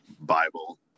Bible